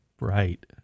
right